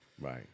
Right